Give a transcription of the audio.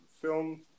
film